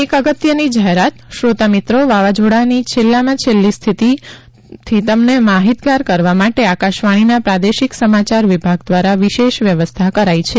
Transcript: એક અગત્યની જાહેરાત શ્રોતા મિત્રો વાવાઝોડાની છેલ્લામાં છેલ્લી સ્થિતિથી તમને માહિતગાર કરવા આકાશવાણીના પ્રાદેશિક સમાચાર વિભાગ દ્વારા વિશેષ વ્યવસ્થા કરાઈ છે